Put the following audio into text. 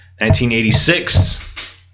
1986